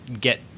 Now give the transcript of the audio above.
get